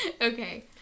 Okay